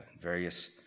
various